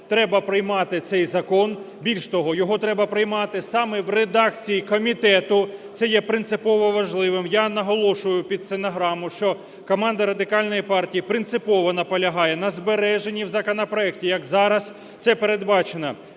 треба приймати цей закон. Більш того, його треба приймати саме в редакції комітету – це є принципово важливим. Я наголошую під стенограму, що команда Радикальної партії принципово наполягає на збереженні в законопроекті, як зараз це передбачено,